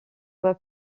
voie